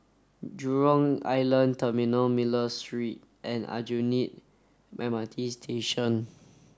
Jurong Island Terminal Miller Street and Aljunied M R T Station